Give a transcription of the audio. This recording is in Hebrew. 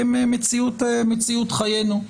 הם מציאות חיינו.